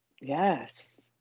yes